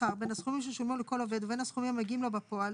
שכר בין הסכומים ששולמו לכל עובד ובין הסכומים המגיעים לו בפועל,